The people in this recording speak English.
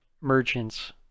merchants